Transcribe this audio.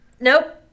Nope